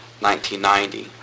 1990